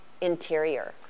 interior